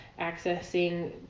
accessing